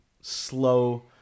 Slow